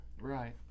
Right